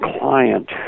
client